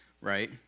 right